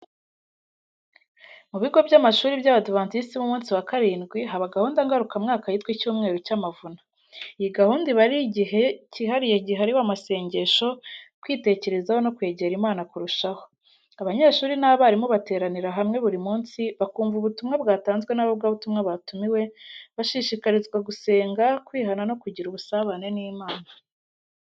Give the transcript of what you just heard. Mu bigo by’amashuri by’Abadiventisiti b’umunsi wa karindwi, haba gahunda ngarukamwaka yitwa “Icyumweru cy’Amavuna. Iyi gahunda iba ari igihe cyihariye gihariwe amasengesho, kwitekerezaho no kwegera Imana kurushaho. Abanyeshuri n’abarimu bateranira hamwe buri munsi, bakumva ubutumwa bwatanzwe n’abavugabutumwa batumiwe, bashishikarizwa gusenga, kwihana no kugira ubusabane n’Imana.